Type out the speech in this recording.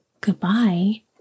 Goodbye